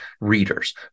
readers